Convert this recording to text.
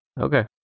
Okay